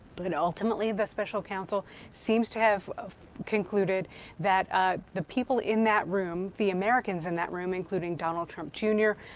but, ultimately, the special counsel seems to have concluded that ah the people in that room, the americans in that room, including donald trump jr,